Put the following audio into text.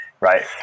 right